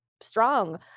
strong